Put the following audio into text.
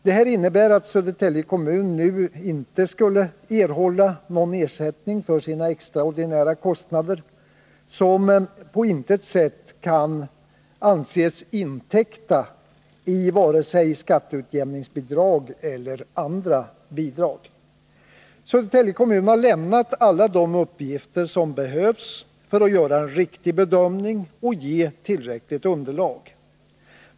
Detta innebär att Södertälje kommun nu inte erhåller någon ersättning för sina extraordinära kostnader, som på intet sätt kan anses täckta genom vare sig skatteutjämningsbidrag eller andra bidrag. Södertälje kommun har lämnat alla de uppgifter som behövs för att man skall kunna göra en riktig bedömning och få ett tillräckligt underlag.